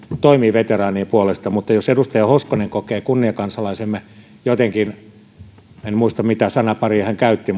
toimii veteraanien puolesta mutta jos edustaja hoskonen kokee kunniakansalaisemme jollain tavalla en muista mitä sanaparia hän käytti